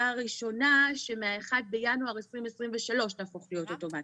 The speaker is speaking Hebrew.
הראשונה שמה-1 בינואר 2023 תהפוך להיות אוטומטית.